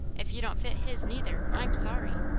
if you don't fit his neither, i'm sorry.